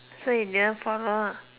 so you didn't follow ah